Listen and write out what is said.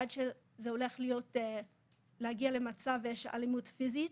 עד שזה הולך להגיע למצב של אלימות פיזית,